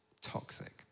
toxic